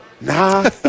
Nah